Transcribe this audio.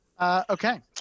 okay